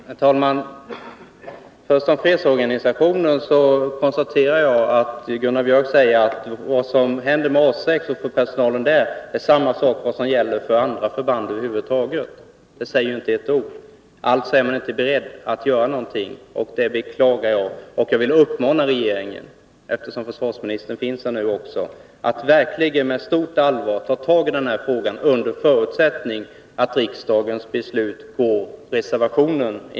Herr talman! Först något om fredsorganisationen. Gunnar Björk i Gävle framhåller att det som gäller för A 6 och personalen där också gäller för andra förband. Men det säger ju ingenting. Alltså är man inte beredd att göra något, och det beklagar jag. Jag vill uppmana regeringen — jag ser att försvarsministern finns i kammaren — att verkligen med stort allvar ta tag i frågan, under förutsättning att riksdagens beslut går emot reservationen.